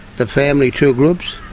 the family two groups